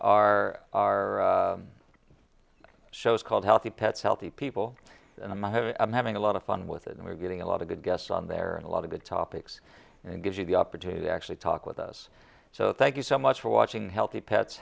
r shows called healthy pets healthy people and i'm having a lot of fun with it and we're getting a lot of good guests on there and a lot of good topics and gives you the opportunity to actually talk with us so thank you so much for watching healthy pets